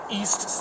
east